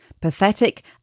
Pathetic